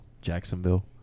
Jacksonville